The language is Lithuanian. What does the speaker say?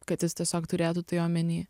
kad jis tiesiog turėtų tai omeny